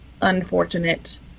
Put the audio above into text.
unfortunate